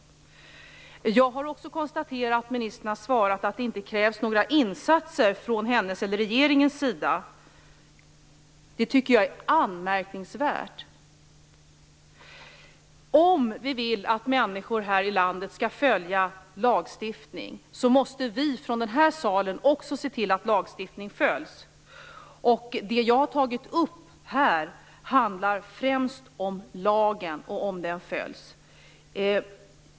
Jag har också konstaterat att ministern har svarat att det inte krävs några insatser från hennes eller regeringens sida. Det är anmärkningsvärt. Om vi vill att människor här i landet skall följa lagstiftningen måste vi från den här salen också se till att lagstiftningen följs. Det jag har tagit upp här handlar främst om lagen och om den följs.